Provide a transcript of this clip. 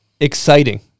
Exciting